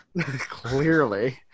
clearly